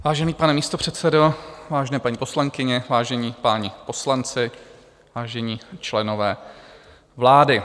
Vážený pane místopředsedo, vážené paní poslankyně, vážení páni poslanci, vážení členové vlády.